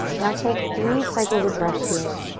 now take three cycles of breath here,